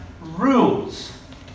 rules